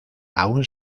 aún